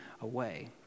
away